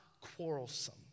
quarrelsome